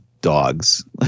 dogs